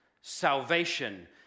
salvation